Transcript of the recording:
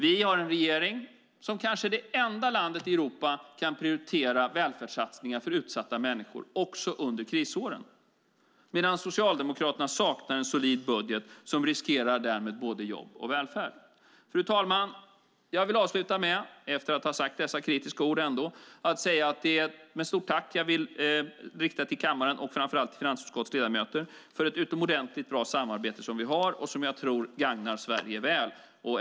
Vi har en regering som gör att Sverige som kanske det enda landet i Europa kan prioritera välfärdssatsningar för utsatta människor också under krisåren medan Socialdemokraterna saknar en solid budget och därmed riskerar både jobb och välfärd. Fru talman! Efter att ha sagt dessa kritiska ord vill jag ändå avsluta med att rikta ett stort tack till kammaren, och framför allt till finansutskottets ledamöter, för ett utomordentligt bra samarbete som vi har och som jag tror gagnar Sverige väl.